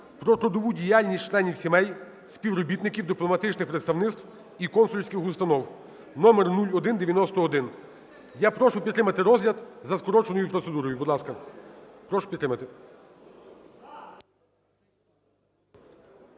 про трудову діяльність членів сімей співробітників дипломатичних представництв і консульських установ (№ 0191). Я прошу підтримати розгляд за скороченою процедурою. Будь ласка, прошу підтримати.